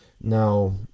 Now